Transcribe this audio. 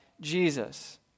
Jesus